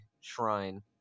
shrine